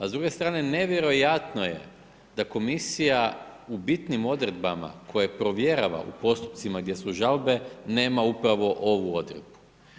A s druge strane, nevjerojatno je da komisija u bitnim odredbama, koje provjerava u postupcima gdje su žalbe, nema upravo ovu odredbu.